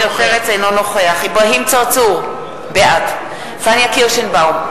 אינו נוכח אברהים צרצור, בעד פניה קירשנבאום,